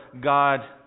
God